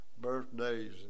birthdays